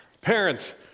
Parents